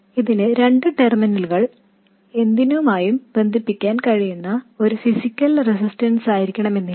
ഇതിന് രണ്ട് ടെർമിനലുകൾ എന്തുമായും ബന്ധിപ്പിക്കാൻ കഴിയുന്ന ഒരു ഫിസിക്കൽ റെസിസ്റ്ററായിരിക്കണമെന്നില്ല